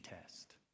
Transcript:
test